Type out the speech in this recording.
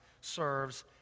serves